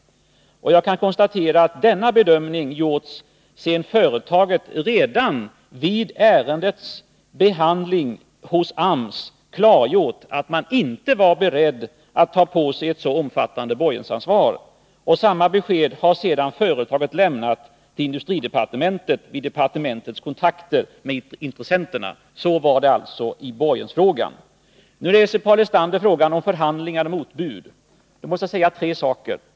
Jag kan konstatera att denna bedömning gjorts sedan företaget, vid ärendets behandling hos AMS, klargjort att man inte var beredd att ta på sig ett så omfattande borgensansvar. Samma besked har företaget sedan lämnat till industridepartementet vid departementets kontakter med intressenterna. Så var det alltså i borgensfrågan. Paul Lestander reser frågan om förhandlingar om motbud. Jag måste säga ett par saker.